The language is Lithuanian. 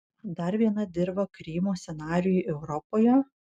dar viena dirva krymo scenarijui europoje